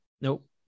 Nope